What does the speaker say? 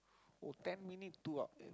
oh ten minute two hou~ eh